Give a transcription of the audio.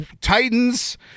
Titans